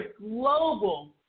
global